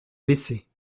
baisser